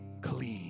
clean